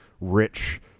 rich